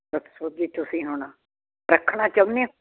ਦੱਸੋ ਜੀ ਤੁਸੀਂ ਹੁਣ ਰੱਖਣਾ ਚਾਹੁੰਦੇ ਹੋ